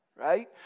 right